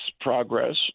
progress